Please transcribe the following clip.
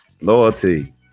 loyalty